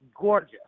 Gorgeous